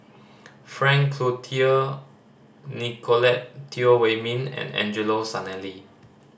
Frank Cloutier Nicolette Teo Wei Min and Angelo Sanelli